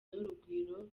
n’urugwiro